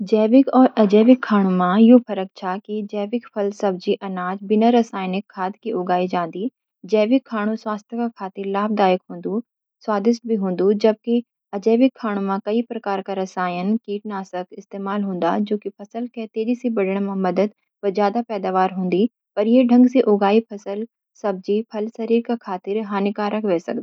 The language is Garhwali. जैविक और अजैविक खाणु मां यु फरक छा कि जैविक फल, सब्जी, अनाज बिना रसायनिक खाद की उगायी जाँदी जैविक खाणु स्वास्थ्य का खातिर लाभदायक होंदू और स्वादिष्ट थी हौदू जबकि अजैविक खाणु मा कई प्रकार का रसायन, कीटनाशक इस्तेमाल होदा जु कि फसल के तेजी सी बढ़न मां मदद व ज्यादा पैदावार होंदी, पर ये ढंग से उगाई फसल, सब्जी, फल शरीर का खातिर हानिकारक वै सकदी ।